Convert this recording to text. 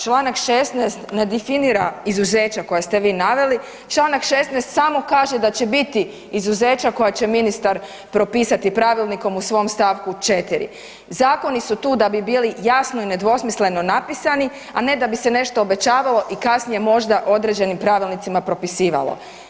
Čl. 16 ne definira izuzeća koja ste vi naveli, čl. 16 samo kaže da će biti izuzeća koja će ministar propisati pravilnikom u svom stavku 4. Zakoni su tu da bi bili jasno i nedvosmisleno napisani, a ne da bi se nešto obećavalo i kasnije možda određenim pravilnicima propisivalo.